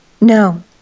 No